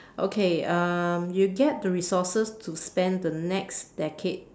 okay um you get the resources to spend the next decade